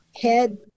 head